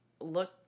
look